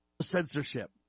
censorship